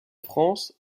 france